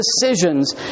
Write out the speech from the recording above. decisions